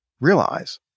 realize